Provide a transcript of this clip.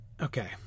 okay